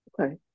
Okay